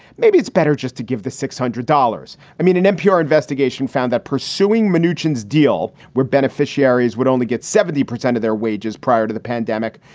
maybe it's better just to give the six hundred dollars. i mean, an npr investigation found that pursuing minchin's deal, where beneficiaries would only get seventy percent of their wages prior to the pandemic,